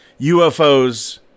UFOs